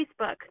Facebook